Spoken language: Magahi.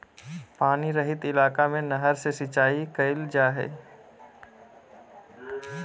पानी रहित इलाका में नहर से सिंचाई कईल जा हइ